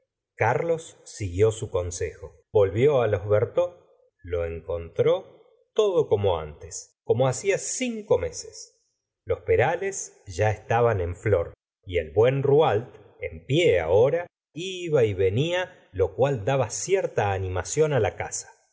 carlos siguió su consejo volvió á los bertaux lo encontró todo como antes como hacia cinco meses los perales ya estaban en flor y el buen rouault en pie ahora iba y venia lo cual daba cierta animación la casa